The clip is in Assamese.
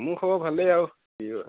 মোৰ খবৰ ভালেই আৰু কি আৰু